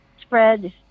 spread